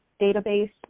database